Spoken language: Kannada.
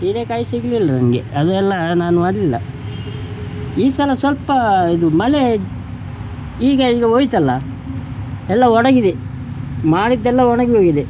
ಹೀರೇಕಾಯಿ ಸಿಗ್ಲಿಲ್ರಿ ನಮಗೆ ಅದೆಲ್ಲ ನಾನು ಮಾಡಲಿಲ್ಲ ಈ ಸಲ ಸ್ವಲ್ಪ ಇದು ಮಲೆ ಈಗ ಈಗ ಹೋಯ್ತಲ್ಲ ಎಲ್ಲ ಒಣಗಿದೆ ಮಾಡಿದ್ದೆಲ್ಲ ಒಣಗಿ ಹೋಗಿದೆ